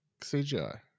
CGI